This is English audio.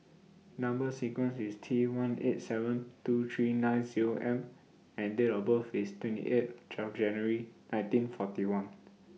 Number sequence IS T one eight seven two three nine Zero M and Date of birth IS twenty eight January nineteen forty one